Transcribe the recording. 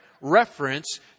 reference